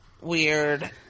weird